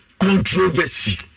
controversy